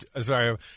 sorry